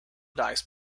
dice